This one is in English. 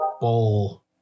Bowl